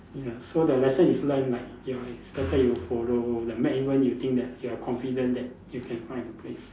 ya so the lesson is learnt like your it's better you follow the map even that you think you are confident that you can find the place